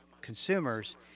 consumers